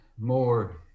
more